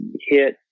hit